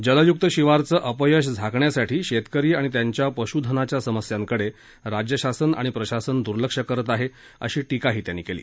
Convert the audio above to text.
जलयुक्त शिवारचं अपयश झाकण्यासाठी शेतकरी आणि त्यांच्या पशुधनाच्या समस्यांकडेराज्यशासन आणि प्रशासन दूर्लक्ष करत आहे अशी टीकाही त्यांनी केली